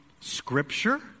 Scripture